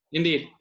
indeed